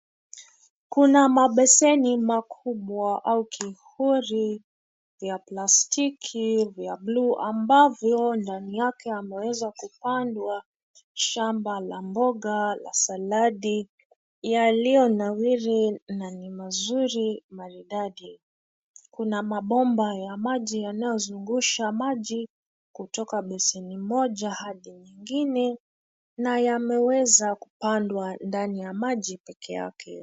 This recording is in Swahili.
Kuna mabeseni makubwa au kihori ya plastiki vya buluu ambavyo ndani yake yameweza kupandwa shamba la mboga la saladi yaliyonawiri na ni mazuri, maridadi. Kuna mabomba ya maji yanayozungusha maji kutoka beseni moja hadi nyingine na yameweza kupandwa ndani ya maji peke yake.